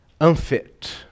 unfit